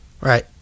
Right